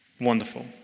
Wonderful